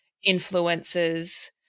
Influences